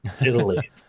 Italy